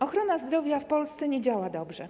Ochrona zdrowia w Polsce nie działa dobrze.